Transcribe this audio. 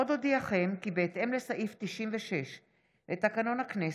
עוד אודיעכם, כי בהתאם לסעיף 96 לתקנון הכנסת,